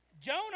Jonah